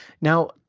Now